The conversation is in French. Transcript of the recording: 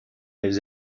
les